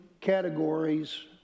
categories